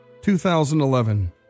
2011